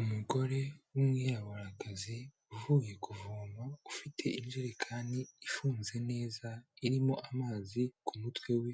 Umugore w'umwiraburakazi uvuye kuvoma ufite injerekani ifunze neza irimo amazi ku mutwe we